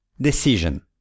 Decision